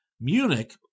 Munich